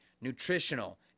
nutritional